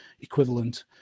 equivalent